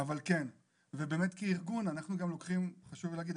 ובאמת כארגון חשוב לי להגיד,